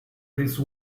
these